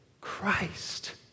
Christ